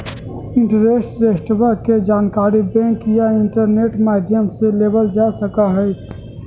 interest रेटवा के जानकारी बैंक या इंटरनेट माध्यम से लेबल जा सका हई